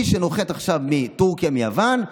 מי שנוחת עכשיו מטורקיה ומיוון,